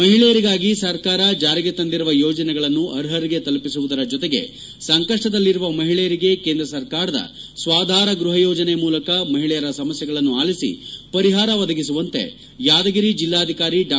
ಮಹಿಳೆಯರಿಗಾಗಿ ಸರ್ಕಾರ ಜಾರಿಗೆ ತಂದಿರುವ ಯೋಜನೆಗಳನ್ನು ಅರ್ಹರಿಗೆ ತಲುಪಿಸುವುದರ ಜೊತೆಗೆ ಸಂಕಷ್ಟದಲ್ಲಿರುವ ಮಹಿಳೆಯರಿಗೆ ಕೇಂದ್ರ ಸರ್ಕಾರದ ಸ್ವಾಧಾರ ಗೃಹ ಯೋಜನೆ ಮೂಲಕ ಮಹಿಳೆಯರ ಸಮಸ್ಯೆಗಳನ್ನು ಆಲಿಸಿ ಪರಿಹಾರ ಒದಗಿಸುವಂತೆ ಯಾದಗಿರಿ ಜಿಲ್ಲಾಧಿಕಾರಿ ಡಾ